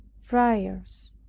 friars,